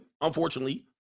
unfortunately